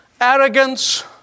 arrogance